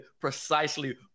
precisely